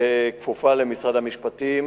שכפופה למשרד המשפטים,